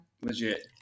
Legit